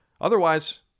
otherwise